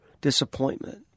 disappointment